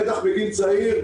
בטח בגיל צעיר,